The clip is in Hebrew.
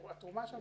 התרומה שם,